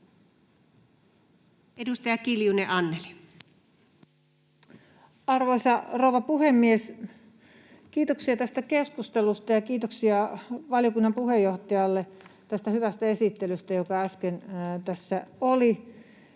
Time: 19:35 Content: Arvoisa rouva puhemies! Kiitoksia tästä keskustelusta ja kiitoksia valiokunnan puheenjohtajalle tästä hyvästä esittelystä, joka äsken tässä oli.